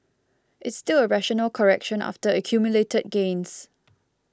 it's still a rational correction after accumulated gains